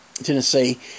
tennessee